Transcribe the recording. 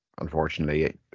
unfortunately